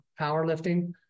powerlifting